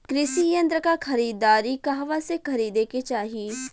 कृषि यंत्र क खरीदारी कहवा से खरीदे के चाही?